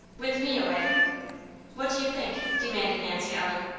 with me away what do you think? demanded nancy ellen.